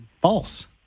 false